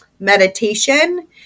meditation